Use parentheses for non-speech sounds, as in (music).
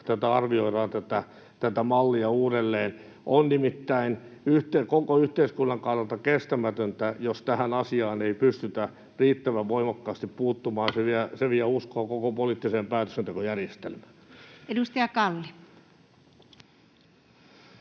sitten arvioidaan tätä mallia uudelleen. On nimittäin koko yhteiskunnan kannalta kestämätöntä, jos tähän asiaan ei pystytä riittävän voimakkaasti puuttumaan. (noise) Se vie uskoa koko poliittiseen päätöksentekojärjestelmään. [Speech 210]